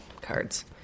Cards